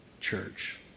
church